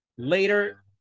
Later